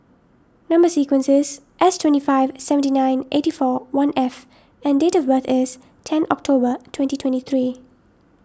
Number Sequence is S twenty five seventy nine eighty four one F and date of birth is ten October twenty twenty three